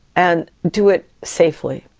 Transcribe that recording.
and do it safely?